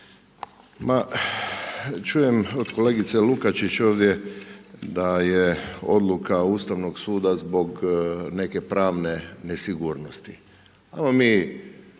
Čujem od kolegice Lukačić ovdje da je odluka Ustavnog suda ovdje zbog neke pravne nesigurnosti. Ajmo mi,